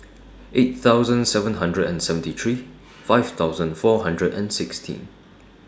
eight thousand seven hundred and seventy three five thousand four hundred and sixteen